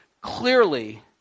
clearly